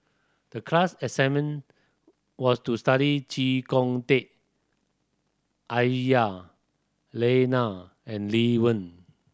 the class assignment was to study Chee Kong Tet Aisyah Lyana and Lee Wen